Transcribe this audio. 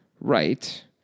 Right